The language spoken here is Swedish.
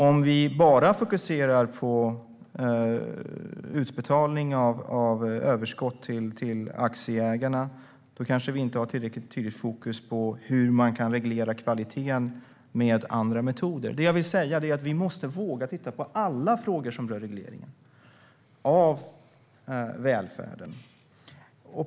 Om vi bara fokuserar på utbetalning av överskott till aktieägare har vi kanske inte tillräckligt tydligt fokus på hur kvaliteten kan regleras med andra metoder. Vi måste alltså våga titta på alla frågor som rör regleringen av välfärden.